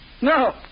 No